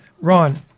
Ron